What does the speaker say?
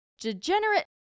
degenerate